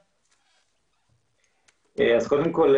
שלום.